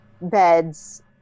beds